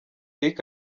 lick